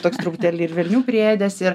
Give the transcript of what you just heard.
toks truputėlį ir velnių priėdęs ir